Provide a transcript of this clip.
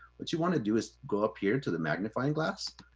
what you wanna do is go up here to the magnifying glass,